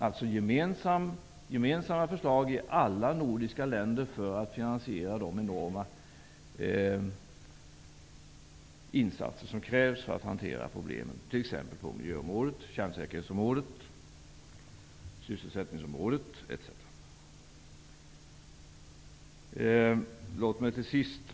Det handlar alltså om gemensamma förslag från alla nordiska länder för att finansiera de enorma insatser som krävs för att hantera problemen på t.ex. miljöområdet, kärnsäkerhetsområdet, sysselsättningsområdet etc.